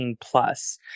plus